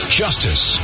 justice